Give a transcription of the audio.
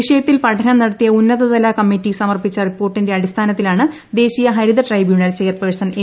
വിഷയത്തിൽ പഠനം നടത്തിയ ഉന്നതതല കമ്മിറ്റി സമർപ്പിച്ച റിപ്പോർട്ടിന്റെ അടിസ്ഥാന്ദ്രത്തിലാണ് ദേശീയ ഹരിത ട്രൈബ്യൂണൽ ചെയർപേഴ്സൺ എ